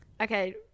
okay